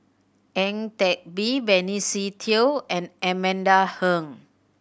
Ang Teck Bee Benny Se Teo and Amanda Heng